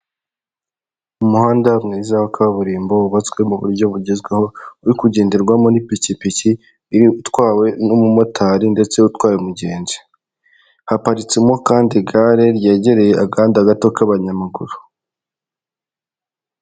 Umuhanda mwiza wa kaburimbo wubatswe mu buryo bugezweho uri kugenderwamo n'ipikipiki itwawe n'umumotari ndetse utwaye umugenzi, haparitsemo kandi igare ryegereye agahanda gato k'abanyamaguru.